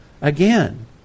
Again